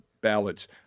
ballots